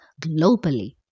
globally